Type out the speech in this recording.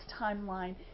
timeline